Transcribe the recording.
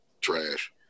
trash